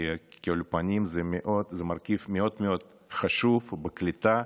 כי אולפנים זה מרכיב מאוד מאוד חשוב בקליטה,